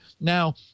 now